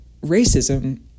racism